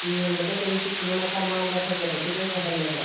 ꯌꯦꯡꯕꯗ ꯑꯗꯨꯝ ꯁꯤꯁꯤꯅ ꯃꯁꯥ ꯅꯥꯟꯕ ꯐꯖꯕꯁꯨ ꯑꯗꯨꯝ ꯑꯣꯏꯍꯜꯂꯦꯕ